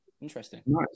Interesting